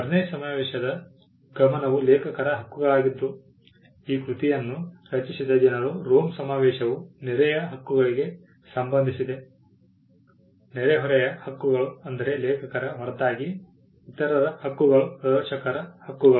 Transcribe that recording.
Berne ಸಮಾವೇಶದ ಗಮನವು ಲೇಖಕರ ಹಕ್ಕುಗಳಾಗಿದ್ದು ಈ ಕೃತಿಯನ್ನು ರಚಿಸಿದ ಜನರು ರೋಮ್ ಸಮಾವೇಶವು ನೆರೆಯ ಹಕ್ಕುಗಳಿಗೆ ಸಂಬಂಧಿಸಿದೆ ನೆರೆಹೊರೆಯ ಹಕ್ಕುಗಳು ಅಂದರೆ ಲೇಖಕರ ಹೊರತಾಗಿ ಇತರರ ಹಕ್ಕುಗಳು ಪ್ರದರ್ಶಕರ ಹಕ್ಕುಗಳು